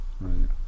Right